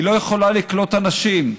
היא לא יכולה לקלוט אנשים.